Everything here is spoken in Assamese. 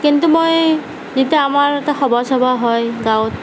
কিন্তু মই যেতিয়া আমাৰ ইয়াতে সবাহ চবাহ হয় গাঁৱত